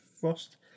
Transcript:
Frost